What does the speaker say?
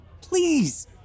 Please